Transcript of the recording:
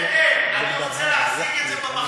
לא נעשה, נחכה להחלטה.